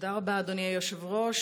תודה רבה, אדוני היושב-ראש.